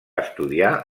estudiar